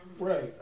Right